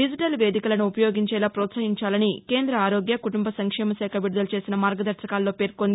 digital వేదికలను ఉపయోగించేలా ప్రోత్సహించాలని కేంద్ర ఆరోగ్య కుటుంబ సంక్షేమ శాఖ విడుదల చేసిన మార్గదర్భకాల్లో పేర్కొంది